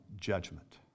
judgment